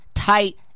tight